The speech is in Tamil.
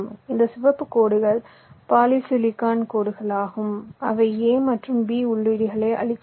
இந்த சிவப்பு கோடுகள் பாலிசிலிகான் கோடுகள் ஆகும் அவை a மற்றும் b உள்ளீடுகளை அளிக்கின்றன